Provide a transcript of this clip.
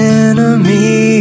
enemy